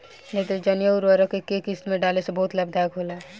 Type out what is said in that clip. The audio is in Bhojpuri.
नेत्रजनीय उर्वरक के केय किस्त में डाले से बहुत लाभदायक होला?